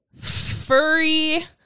furry